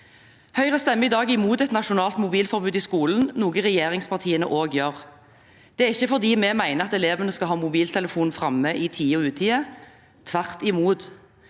Høyre stemmer i dag imot et nasjonalt mobilforbud i skolen, noe regjeringspartiene også gjør. Det er ikke fordi vi mener at elevene skal ha mobiltelefonen framme i tide og utide – tvert imot